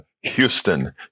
Houston